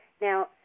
Now